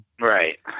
Right